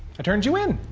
i turned you in.